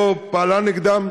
לא פעלה נגדם,